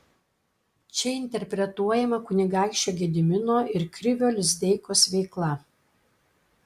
čia interpretuojama kunigaikščio gedimino ir krivio lizdeikos veikla